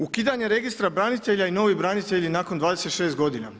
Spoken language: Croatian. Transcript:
Ukidanje registra branitelja i novi branitelji nakon 26 godina.